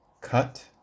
Cut